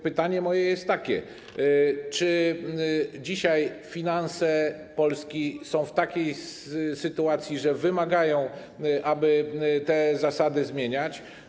Pytanie moje jest więc takie: Czy dzisiaj finanse Polski są w takiej sytuacji, że wymagają, aby te zasady zmieniać?